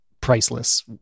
priceless